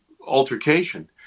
altercation